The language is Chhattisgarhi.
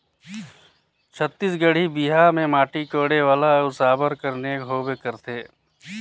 छत्तीसगढ़ी बिहा मे माटी कोड़े वाला अउ साबर कर नेग होबे करथे